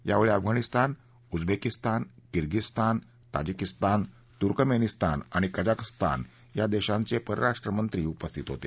यावेळी Afghanistan Uzbekistan Kyrgyzstan Tajikistan Turkmenistan आणि Kazakhstan या देशांचे परराष्ट्र मंत्री उपस्थित होते